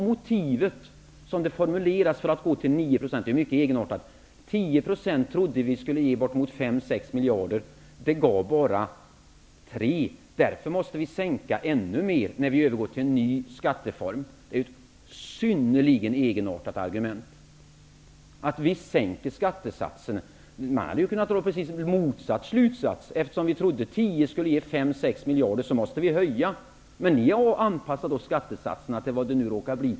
Motivet för att gå till 9 % är mycket egenartat. Man trodde att 10 % skulle ge bortemot 5--6 miljarder. Men det gav bara 3 miljarder. Därför måste man sänka ännu mer när man övergår till en ny skatteform. Detta är ett synnerligen egenartat argument att sänka skattesatsen. Man hade kunnat dra precis motsatt slutsats, dvs. att eftersom man trodde att 10 % skulle ge 5--6 miljarder måste man höja procentsatsen. Men ni har anpassat skattesatserna till vad det nu råkar bli.